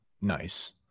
nice